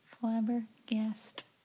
Flabbergasted